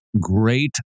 great